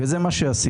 וזה מה שעשיתי.